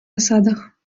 засадах